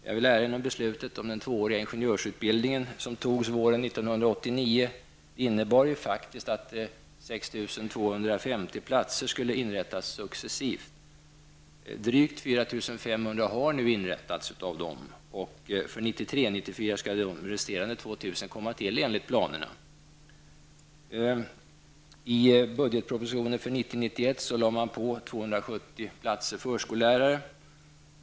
Jag vill erinra om beslutet om den tvååriga ingenjörsutbildningen våren 1989, som innebär att av dem har nu inrättats, och för 1993/94 skall de resterande 2 000 komma till enligt planerna. platser för förskollärare.